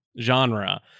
genre